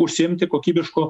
užsiimti kokybišku